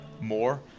more